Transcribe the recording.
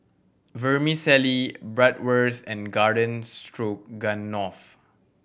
Vermicelli Bratwurst and Garden Stroganoff